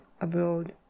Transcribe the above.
abroad